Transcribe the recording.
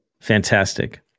Fantastic